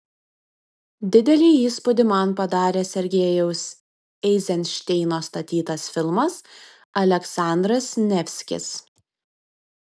didelį įspūdį man padarė sergejaus eizenšteino statytas filmas aleksandras nevskis